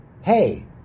hey